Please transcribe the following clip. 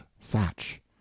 thatch